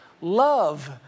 love